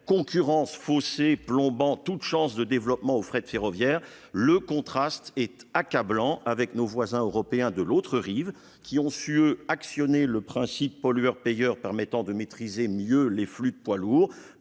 concurrence faussée plombant toute chance de développement au fret ferroviaire ... Le contraste est accablant avec nos voisins européens de l'autre rive, qui ont su, eux, actionner le principe « pollueur-payeur », permettant de maîtriser mieux le flux de poids lourds,